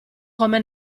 come